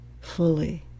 fully